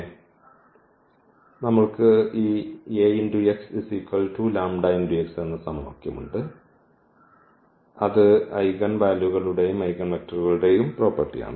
അതിനാൽ നമ്മൾക്ക് ഈ ഉണ്ട് അത് ഐഗൻ വാല്യൂകളുടെയും ഐഗൻവെക്റ്ററുകളുടെയും പ്രോപ്പർട്ടിയാണ്